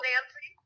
Nancy